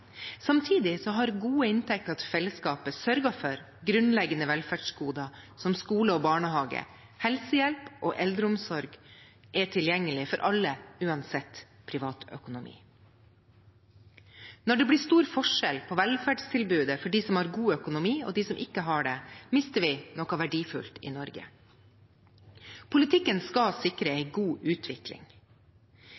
Samtidig har gode inntekter til fellesskapet sørget for at grunnleggende velferdsgoder som skole og barnehage, helsehjelp og eldreomsorg er tilgjengelig for alle, uansett privatøkonomi. Når det blir stor forskjell på velferdstilbudet for dem som har god økonomi, og dem som ikke har det, mister vi noe verdifullt i Norge. Politikken skal sikre